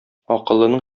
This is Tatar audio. акыллының